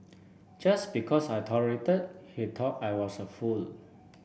just because I tolerated he taught I was a fool